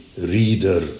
reader